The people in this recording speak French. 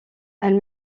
elle